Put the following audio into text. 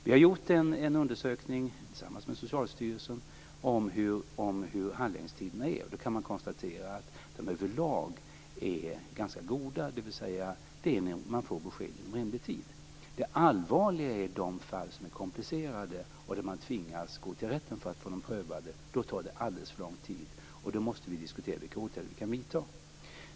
Vi har gjort en undersökning tillsammans med Socialstyrelsen om hur handläggningstiderna är. Man kan konstatera att de överlag är ganska goda, dvs. man får besked inom rimlig tid. Det allvarliga är de fall som är komplicerade och då man tvingas gå till rätten för att få dem prövade. Då tar det alldeles för lång tid, och där måste vi diskutera vilka åtgärder vi kan vidta.